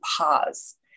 pause